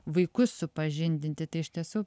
vaikus supažindinti tai iš tiesų